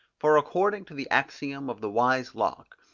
for according to the axiom of the wise locke,